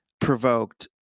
provoked